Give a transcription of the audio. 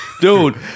Dude